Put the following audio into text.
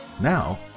Now